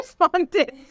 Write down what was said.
responded